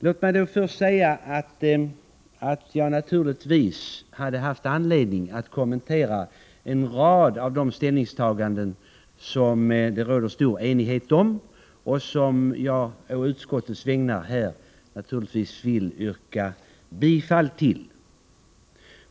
Låt mig då börja med att säga att jag naturligtvis hade haft anledning att kommentera en rad av de ställningstaganden som det råder stor enighet om och som jag å utskottets vägnar här givetvis vill yrka bifall till.